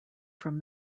from